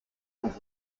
und